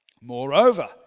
Moreover